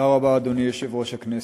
אדוני יושב-ראש הכנסת,